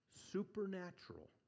supernatural